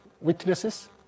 witnesses